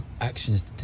actions